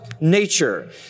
nature